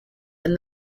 and